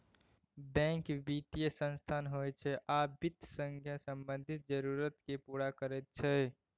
bank बित्तीय संस्थान होइ छै आ बित्त सँ संबंधित जरुरत केँ पुरा करैत छै